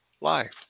life